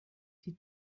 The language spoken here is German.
die